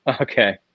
okay